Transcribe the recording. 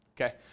Okay